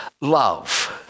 love